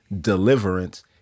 deliverance